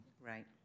right